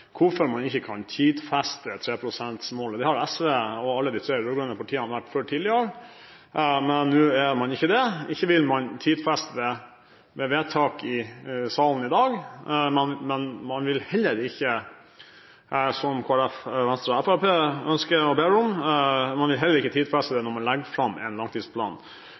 hvorfor man ikke kan tidfeste 3 pst.-målet. Det har SV og alle de tre rød-grønne partiene vært for tidligere. Men nå er man ikke det. Ikke vil man tidfeste det med vedtak i salen i dag. Man vil heller ikke – som Kristelig Folkeparti, Venstre og Fremskrittspartiet ønsker og ber om – tidfeste når man legger fram en langtidsplan.